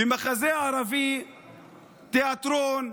במחזה ערבי, תיאטרון,